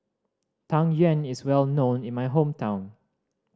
Tang Yuen is well known in my hometown